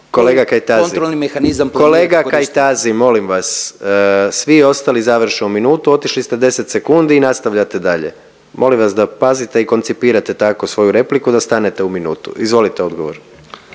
Kolega Kajtazi molim vas, svi ostali završe u minutu, otišli ste 10 sekundi i nastavljate dalje. Molim vas da pazite i koncipirate tako svoju repliku da stanete u minutu. Izvolite odgovor.